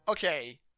Okay